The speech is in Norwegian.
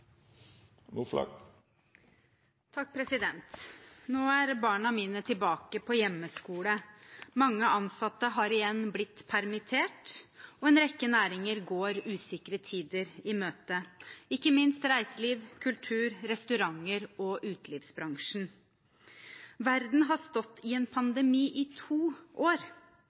Nå er barna mine tilbake på hjemmeskole. Mange ansatte har igjen blitt permittert, og en rekke næringer går usikre tider i møte, ikke minst reiseliv, kultur, restauranter og utelivsbransjen. Verden har stått i en pandemi i to år.